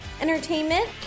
entertainment